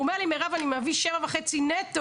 הוא אומר לי: מירב, אני מביא 7,500 שקל נטו.